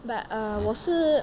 but err 我是